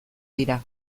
dira